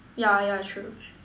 yeah yeah true